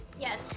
Yes